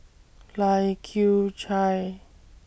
Lai Kew Chai